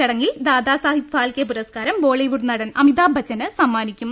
ചടങ്ങിൽ ദാദാ സാഹിബ് ഫാൽക്കേ പുരസ്കാരം Bollywood നടൻ അമിതാഭ് ബച്ചന് സമ്മാനിക്കും